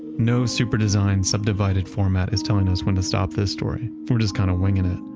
no super designed subdivided format is telling us when to stop this story. we're just kind of winging it.